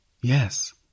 yes